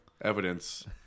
evidence